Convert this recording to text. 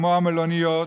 כמו המלוניות,